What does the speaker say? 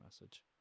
message